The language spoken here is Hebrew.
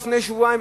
לפני שבועיים,